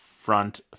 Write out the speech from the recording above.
front